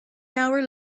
hour